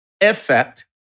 effect